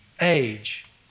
age